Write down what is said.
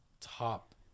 top